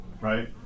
Right